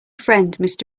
friend